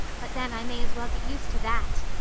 but then, i may as well get used to that.